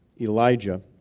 Elijah